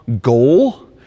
goal